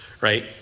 right